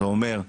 זה אומר,